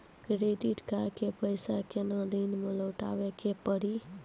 Credit card के पैसा केतना दिन मे लौटाए के पड़ी?